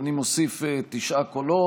אני מוסיף את חברי הכנסת ארבל,